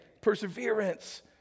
Perseverance